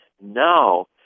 now